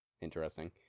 Interesting